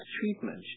treatment